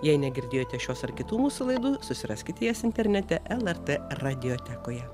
jei negirdėjote šios ar kitų mūsų laidų susiraskit jas internete lrt radiotekoje